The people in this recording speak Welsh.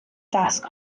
dasg